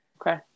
okay